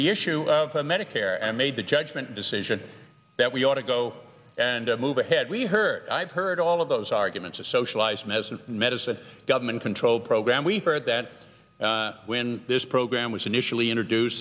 the issue of medicare and made the judgment decision that we ought to go and move ahead we heard i've heard all of those arguments of socialized medicine in medicine government control program we heard that when this program was initially introduce